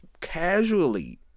casually